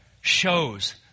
shows